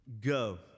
go